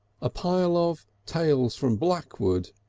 a pile of tales from blackwood,